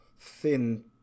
thin